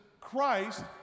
Christ